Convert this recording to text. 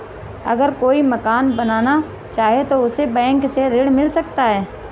अगर कोई मकान बनाना चाहे तो उसे बैंक से ऋण मिल सकता है?